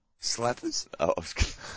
Slappers